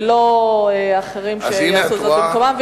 ולא אחרים שיעשו זאת במקומם.